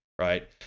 Right